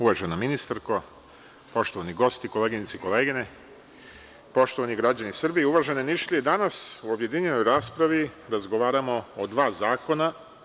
Uvažena ministarsko, poštovani gosti, koleginice i kolege, poštovani građani Srbije i uvažene Nišlije, danas u objedinjenoj raspravi razgovaramo o dva zakona.